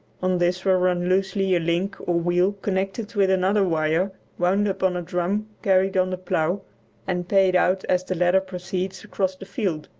on this will run loosely a link or wheel connected with another wire wound upon a drum carried on the plough and paid out as the latter proceeds across the field.